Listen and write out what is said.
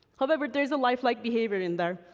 however, there is a life-like behavior in there,